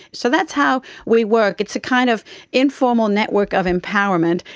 so that's how we work. it's a kind of informal network of empowerment,